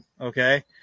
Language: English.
Okay